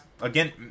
again